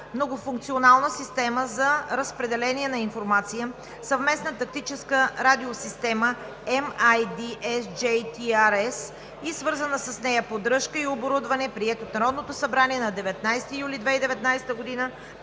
„Многофункционална система за разпределение на информация – Съвместна тактическа радиосистема и свързана с нея поддръжка и оборудване“, приет от Народното събрание на 19 юли 2019 г.“